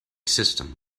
system